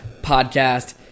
podcast